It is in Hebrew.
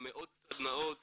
מאות סדנאות